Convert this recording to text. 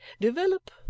develop